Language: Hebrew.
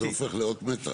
זה הופך לאות מתה.